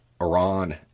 Iran